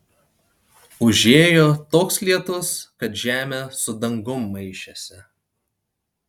užėjo toks lietus kad žemė su dangum maišėsi